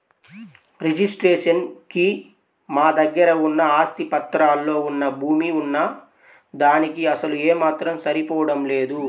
registration కి మా దగ్గర ఉన్న ఆస్తి పత్రాల్లో వున్న భూమి వున్న దానికీ అసలు ఏమాత్రం సరిపోడం లేదు